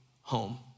home